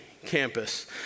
Campus